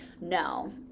no